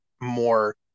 more